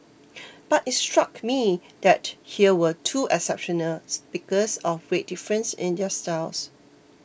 but it struck me that here were two exceptional speakers of great difference in their styles